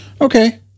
Okay